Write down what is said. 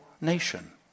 nation